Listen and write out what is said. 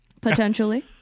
Potentially